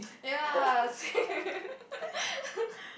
ya same